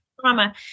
trauma